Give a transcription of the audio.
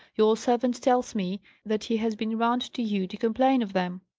your servant tells me that he has been round to you to complain of them.